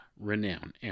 renown